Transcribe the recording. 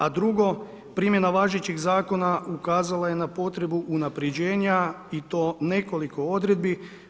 A drugo, primjena važećeg zakona ukazala je na potrebu unapređenja i to nekoliko odredbi.